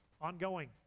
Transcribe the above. Ongoing